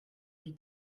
die